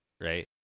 Right